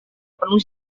penuh